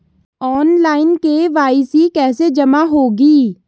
Online KYC कैसे जमा होगी?